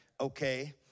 okay